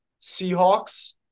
Seahawks